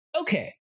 okay